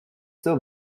still